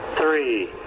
three